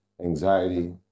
Anxiety